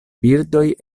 birdoj